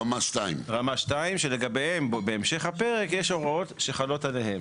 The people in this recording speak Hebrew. רמה 2. רמה 2. שלגביהן בהמשך הפרק יש הוראות שחלות עליהן.